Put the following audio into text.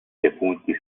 defunti